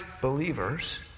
believers